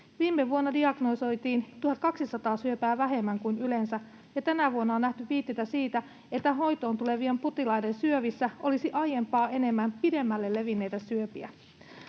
Viime vuonna diagnosoitiin 1 200 syöpää vähemmän kuin yleensä, ja tänä vuonna on nähty viitteitä siitä, että hoitoon tulevien potilaiden syövissä olisi aiempaa enemmän pidemmälle levinneitä syöpiä.